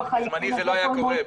בזמני זה לא היה קורה.